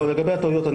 לגבי הטעויות,